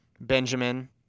Benjamin